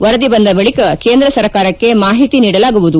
ವರದಿ ಬಂದ ಬಳಿಕ ಕೇಂದ್ರ ಸರ್ಕಾರಕ್ಕೆ ಮಾಹಿತಿ ನೀಡಲಾಗುವುದು